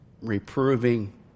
reproving